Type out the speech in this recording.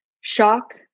shock